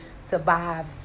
survive